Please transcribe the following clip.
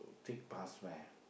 take bus where